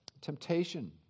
temptation